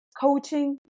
coaching